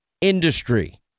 industry